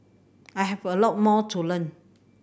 I have a lot more to learn